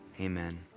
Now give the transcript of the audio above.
amen